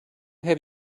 have